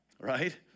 right